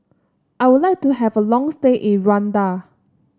I would like to have a long stay in Rwanda